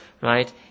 right